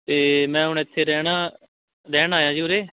ਅਤੇ ਮੈਂ ਹੁਣ ਇੱਥੇ ਰਹਿਣਾ ਰਹਿਣ ਆਇਆ ਜੀ ਉਰੇ